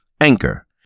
Anchor